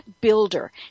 builder